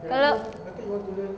kalau